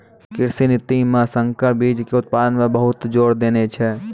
कृषि नीति मॅ संकर बीच के उत्पादन पर बहुत जोर देने छै